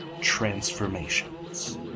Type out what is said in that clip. Transformations